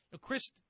Chris